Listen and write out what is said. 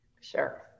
Sure